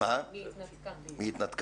היא התנתקה.